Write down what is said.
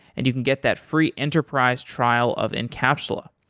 and you can get that free enterprise trial of encapsula.